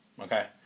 okay